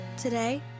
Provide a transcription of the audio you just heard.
Today